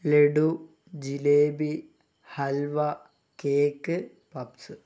laddu jalebi halwa cake puffs